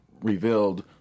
revealed